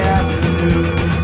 afternoon